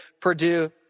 Purdue